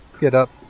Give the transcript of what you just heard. get-up